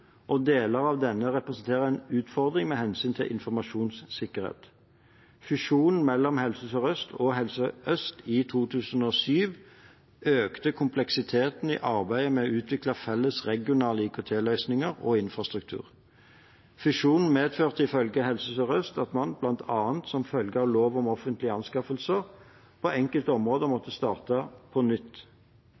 og deler av denne representerer en utfordring med hensyn til informasjonssikkerhet. Fusjonen mellom Helse Sør og Helse Øst i 2007 økte kompleksiteten i arbeidet med å utvikle felles regionale IKT-løsninger og infrastruktur. Fusjonen medførte ifølge Helse Sør-Øst at man, bl.a. som følge av lov om offentlige anskaffelser, på enkelte områder måtte starte på nytt